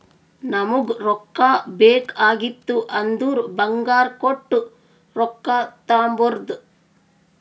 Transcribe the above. ನಮುಗ್ ರೊಕ್ಕಾ ಬೇಕ್ ಆಗಿತ್ತು ಅಂದುರ್ ಬಂಗಾರ್ ಕೊಟ್ಟು ರೊಕ್ಕಾ ತರ್ಬೋದ್